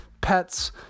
pets